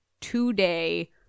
today